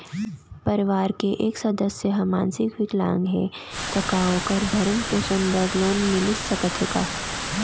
परवार के एक सदस्य हा मानसिक विकलांग हे त का वोकर भरण पोषण बर लोन मिलिस सकथे का?